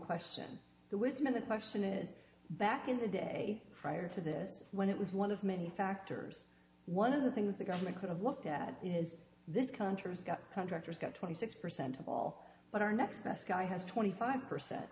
question the wisdom of the question is that in the day prior to this when it was one many factors one of the things the government could have looked at is this country has got contractors got twenty six percent of all but our next best guy has twenty five percent